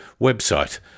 website